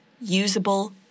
usable